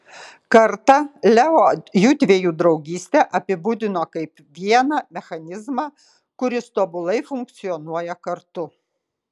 kartą leo jųdviejų draugystę apibūdino kaip vieną mechanizmą kuris tobulai funkcionuoja kartu